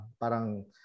Parang